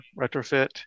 retrofit